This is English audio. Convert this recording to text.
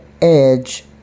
edge